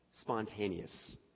spontaneous